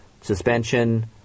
suspension